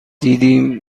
دیدیم